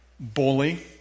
Bully